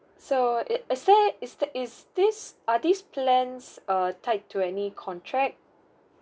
so it is there is th~ is these are these plans uh tied to any contract